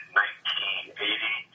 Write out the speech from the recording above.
1980